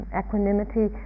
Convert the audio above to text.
equanimity